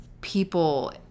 people